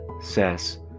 says